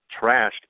trashed